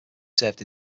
served